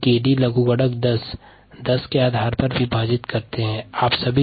2303 को 𝑘𝑑 लघुगणक 10 के आधार से भाग करते है